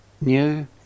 new